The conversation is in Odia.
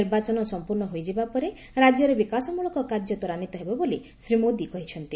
ନିର୍ବାଚନ ସମ୍ପୂର୍ଣ୍ଣ ହୋଇଯିବା ପରେ ରାକ୍ୟରେ ବିକାଶମୂଳକ କାର୍ଯ୍ୟ ତ୍ୱରାନ୍ୱିତ ହେବ ବୋଲି ଶ୍ରୀ ମୋଦୀ କହିଚ୍ଛନ୍ତି